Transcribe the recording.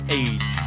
age